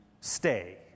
stay